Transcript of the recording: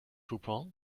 coupon